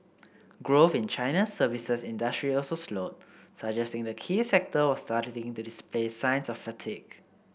growth in China's services industry also slowed suggesting the key sector was starting to display signs of fatigue